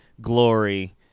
glory